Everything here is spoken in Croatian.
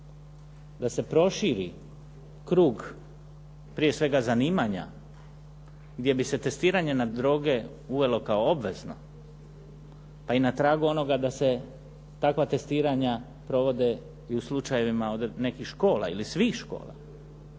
da se proširi krug, prije svega zanimanja gdje bi se testiranje na droge uvelo kao obvezno, pa i na tragu onoga da se takva testiranja provode i u slučajevima od nekih škola ili svih škola